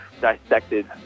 dissected